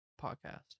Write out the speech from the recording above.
podcast